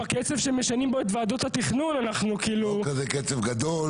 בקצב שמשנים פה את ועדות התכנון אנחנו כאילו --- זה לא כזה קצב גדול